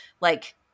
Like-